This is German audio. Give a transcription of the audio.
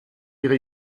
ihre